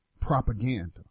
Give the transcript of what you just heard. propaganda